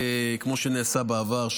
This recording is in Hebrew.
כמו שנעשה בעבר,